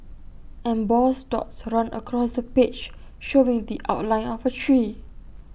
embossed dots run across the page showing the outline of A tree